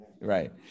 Right